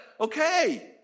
Okay